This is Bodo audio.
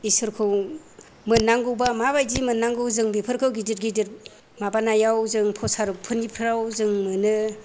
इसोरखौ मोननांगौबा माबायदि मोननांगौ जों बेफोरखौ गिदिर गिदिर माबानायाव जों प्रसार'कफोरनिफ्राव जों मोनो